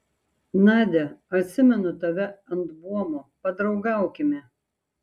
nadia atsimenu tave ant buomo padraugaukime